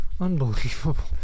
Unbelievable